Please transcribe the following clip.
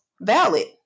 valid